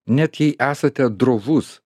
net jei esate drovus